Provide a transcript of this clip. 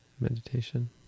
Meditation